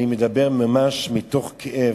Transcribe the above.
אני מדבר ממש מתוך כאב.